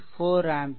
4 ampere